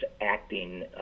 acting